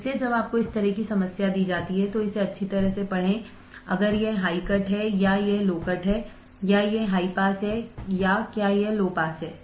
इसलिए जब आपको इस तरह की समस्या दी जाती है तो इसे अच्छी तरह से पढ़ें अगर यह हाई कट है या यह लो कट है या यह हाई पास है या क्या यह लो पास है